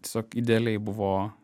tiesiog idealiai buvo